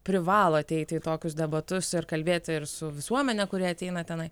privalo ateiti į tokius debatus ir kalbėti ir su visuomene kuri ateina tenai